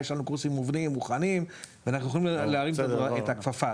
יש לנו קורסים מובנים ומוכנים ואנחנו יכולים להרים את הכפפה.